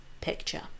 picture